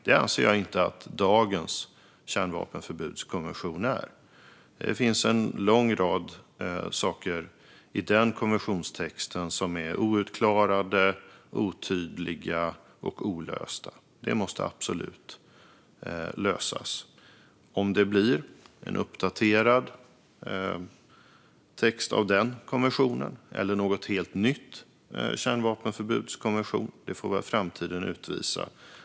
Det anser jag inte att dagens kärnvapenförbudskonvention är. Det finns en lång rad saker i den konventionstexten som är outklarade, otydliga och olösta. Det måste absolut lösas. Om det blir en uppdaterad text av den konventionen eller någon helt ny kärnvapenförbudskonvention får väl framtiden utvisa.